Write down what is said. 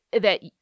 that-